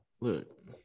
look